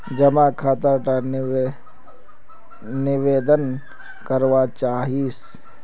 जमा खाता त निवेदन करवा चाहीस?